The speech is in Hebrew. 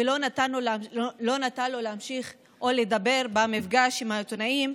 לא נתן לו להמשיך לדבר במפגש עם העיתונאים.